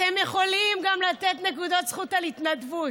אתם יכולים גם לתת נקודות זכות על התנדבות.